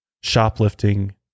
shoplifting